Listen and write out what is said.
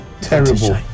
terrible